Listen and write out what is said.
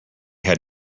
had